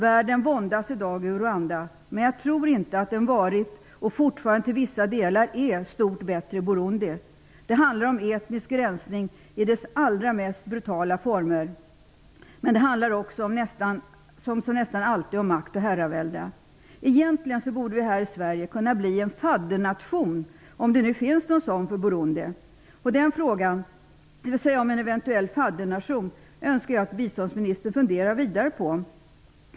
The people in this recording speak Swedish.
Världen våndas i dag över läget i Rwanda, men jag tror inte att det varit och till vissa delar fortfarande är stort bättre i Burundi. Det handlar om etnisk rensning i dess allra mest brutala former. Men det handlar också, som nästan alltid, om makt och herravälde. Egentligen borde vi här i Sverige bli en faddernation, om det nu kan ske, för Burundi. Den frågan, dvs. om en eventuell faddernation, önskar jag att biståndsministern funderar vidare på.